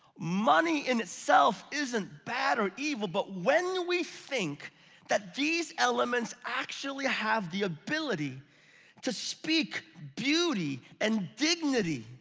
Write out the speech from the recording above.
money in itself isn't bad or evil. but when we think that these elements actually have the ability to speak beauty and dignity,